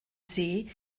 see